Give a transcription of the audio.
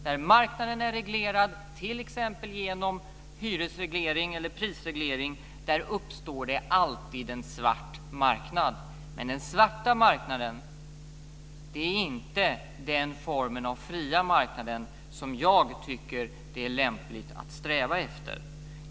När marknaden är reglerad, t.ex. genom hyresreglering eller prisreglering, uppstår alltid en svart marknad. Den svarta marknaden är inte den form av fri marknad som jag tycker är lämplig att sträva efter.